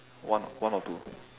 one one or two